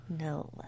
no